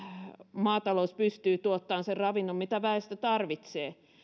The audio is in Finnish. maatalous pystyy tuottamaan sen ravinnon mitä väestö tarvitsee